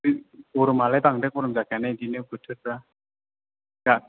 गरमालाय बांद्राय गरम जाखायाना बिदिनो बोथोरफ्रा दा